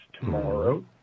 tomorrow